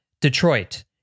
Detroit